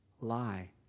lie